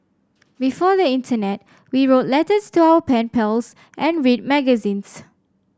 before the internet we wrote letters to our pen pals and read magazines